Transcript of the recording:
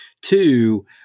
Two